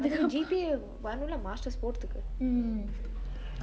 அதுவு:athuvu G_P_A வரனுல:varenule master's போரதுக்கு:porethuku